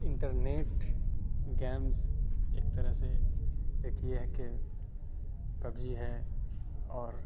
internet games ایک طرح سے ایک یہ ہے کہ پب جی ہے اور